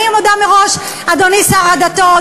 אני מודה מראש, אדוני שר הדתות,